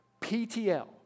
PTL